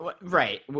right